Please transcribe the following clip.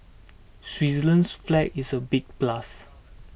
Switzerland's flag is a big plus